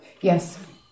yes